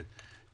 כן.